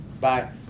Bye